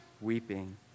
weeping